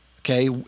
Okay